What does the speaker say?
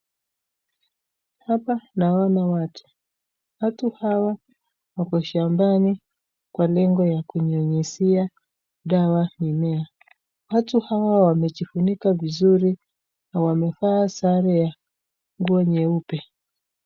Hapa naona watu. Watu hawa wako shambani kwa lengo ya kunyunyizia dawa mimmea. Watu hawa wamejifunika vizuri na wamevaa sare ya nguo nyeupe.